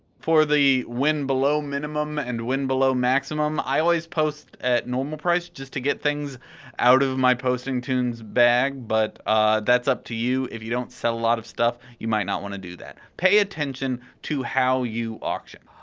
for the when below minimum and when below maximum, i always post at normal price just to get the things out of my posting toon's bag, but that's up to you. if you don't sell a lot of stuff, you might not want to do that. pay attention to how you auction.